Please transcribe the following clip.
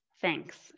Thanks